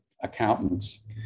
accountants